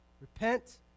repent